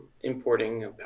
importing